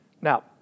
Now